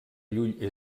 llull